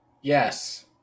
Yes